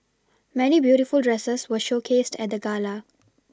many beautiful dresses were showcased at the gala